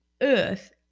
earth